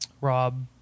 rob